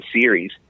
series